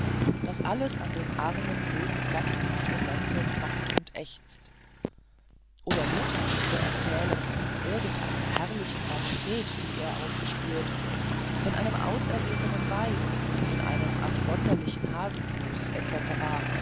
daß alles an dem armen lebenssatten instrumente knackt und ächzt oder ottmar müßte erzählen von irgendeiner herrlichen rarität die er aufgespürt von einem auserlesenen wein von einem absonderlichen hasenfuß